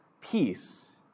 peace